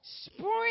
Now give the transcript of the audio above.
spring